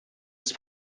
des